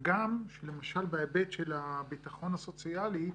גם למשל בהיבט של הביטחון הסוציאלי,